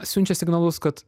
siunčia signalus kad